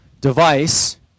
device